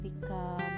become